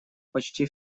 почти